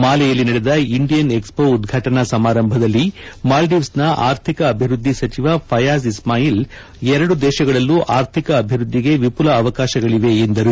ಮಾಲೆಯಲ್ಲಿ ನಡೆದ Indian expo ಉದ್ಘಾಟನಾ ಸಮಾರಂಭದಲ್ಲಿ ಮಾಲ್ಡೀವ್ಸನ ಅರ್ಥಿಕ ಅಭಿವೃದ್ಧಿ ಸಚಿವ ಫಯಾಜ್ ಇಸ್ಮಾಯಿಲ್ ಎರಡು ದೇಶಗಳಲ್ಲೂ ಆರ್ಥಿಕ ಅಭಿವೃದ್ಧಿಗೆ ವಿಘುಲ ಅವಕಾಶಗಳಿವೆ ಎಂದರು